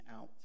out